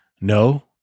No